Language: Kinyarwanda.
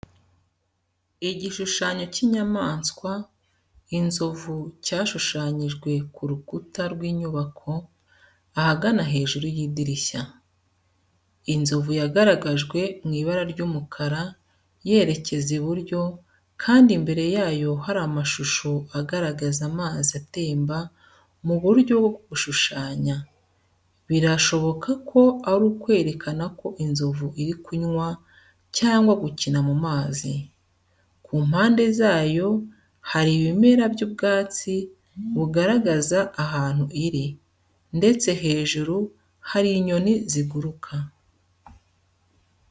Igishushanyo cy’inyamaswa, inzovu cyashushanyijwe ku rukuta rw’inyubako, ahagana hejuru y’idirishya. Inzovu yagaragajwe mu ibara ry’umukara, yerekeza iburyo, kandi imbere yayo hari amashusho agaragaza amazi atemba mu buryo bwo gushushanya, birashoboka ko ari ukwerekana ko inzovu iri kunywa cyangwa gukina mu mazi. Ku mpande zayo hari ibimera by’ubwatsi bugaragaza ahantu iri, ndetse hejuru hari inyoni ziguruka.